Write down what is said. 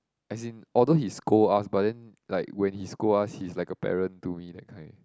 as in although he scold us but then like when he scold us he's like a parent to me that kind